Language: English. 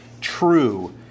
true